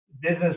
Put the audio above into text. business